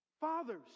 Fathers